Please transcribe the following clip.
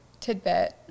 tidbit